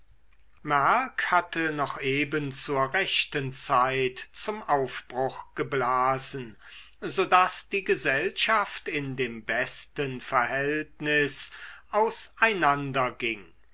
merck hatte noch eben zur rechten zeit zum aufbruch geblasen so daß die gesellschaft in dem besten verhältnis aus einander ging